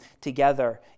together